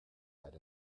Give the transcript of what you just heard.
had